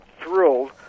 thrilled